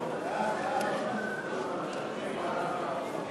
מקצוע ההוראה,